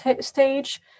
stage